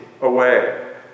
away